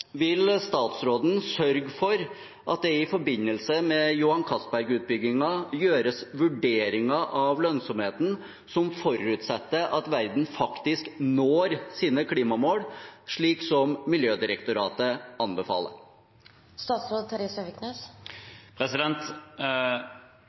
Vil statsråden sørge for at det i forbindelse med Johan Castberg-utbyggingen gjøres vurderinger av lønnsomheten som forutsetter at verden faktisk når sine klimamål, slik Miljødirektoratet